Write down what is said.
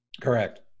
Correct